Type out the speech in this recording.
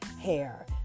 hair